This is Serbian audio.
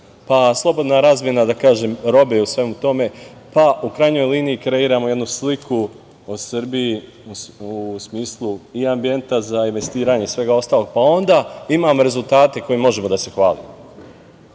pa slobodna razmena robe u svemu tome, pa u krajnjoj liniji kreiramo jednu sliku o Srbiji u smislu i ambijenta za investiranje svega ostalog, pa onda imamo rezultate kojima možemo da se hvalimo. Onda